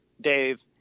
Dave